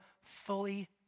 fully